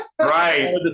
Right